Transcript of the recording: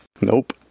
Nope